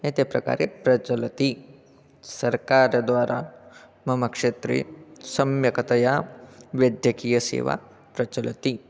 एतेन प्रकारेण प्रचलति सर्वकारद्वारा मम क्षेत्रे सम्यक्तया वेद्यकीयसेवा प्रचलति